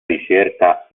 ricerca